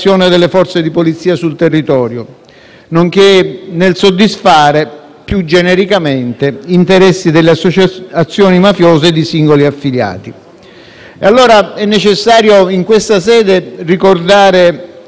nonché nel soddisfare più genericamente gli interessi delle associazioni mafiose e di singoli affiliati. È necessario allora, in questa sede, ricordare brevemente alcuni dati storici.